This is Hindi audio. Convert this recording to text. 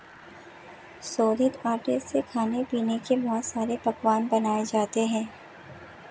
शोधित आटे से खाने पीने के बहुत सारे पकवान बनाये जाते है